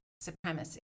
supremacy